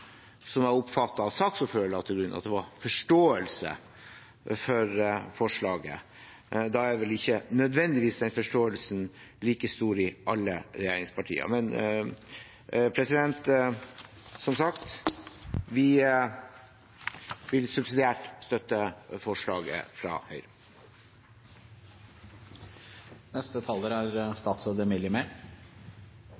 jeg oppfattet at saksordføreren la til grunn: at det var forståelse for forslaget. Da er vel ikke nødvendigvis den forståelsen like stor i alle regjeringspartier. Men som sagt: Vi vil subsidiært støtte forslaget fra